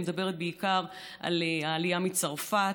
אני מדברת בעיקר על העלייה מצרפת,